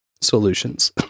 Solutions